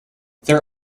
their